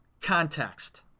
context